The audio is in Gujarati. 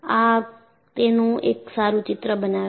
આ તેનું એક સારું ચિત્ર બનાવે છે